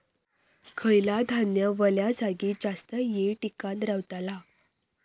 खयला धान्य वल्या जागेत जास्त येळ टिकान रवतला?